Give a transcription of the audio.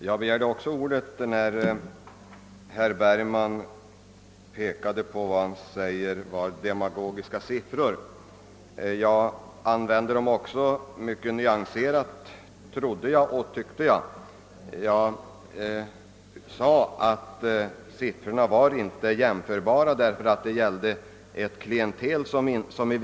Herr talman! Även jag begärde ordet när herr Bergman sade att siffrorna använts i demagogiskt syfte. Jag använde dessa siffror mycket nvanserat, tyckte jag. Jag sade att siffrorna i väsentliga avseenden inte var jämförbara med tanke på det klientel det gäller.